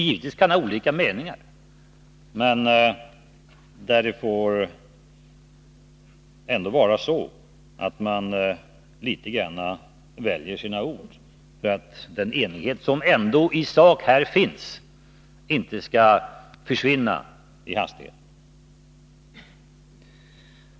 Givetvis kan vi där ha olika meningar, men det får ändå vara så att man litet grand väljer sina ord för att den enighet som trots allt i sak här finns inte skall försvinna i hastigheten.